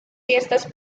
fiestas